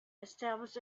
establish